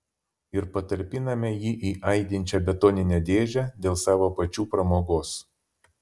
ir patalpiname jį į aidinčią betoninę dėžę dėl savo pačių pramogos